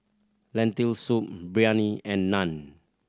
Lentil Soup Biryani and Naan